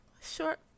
short